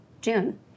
June